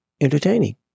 Entertaining